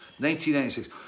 1996